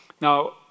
Now